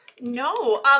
No